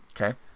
Okay